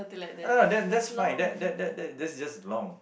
I don't know that's that's fine that that that that that's just long